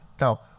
Now